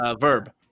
Verb